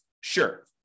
Sure